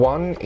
One